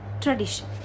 tradition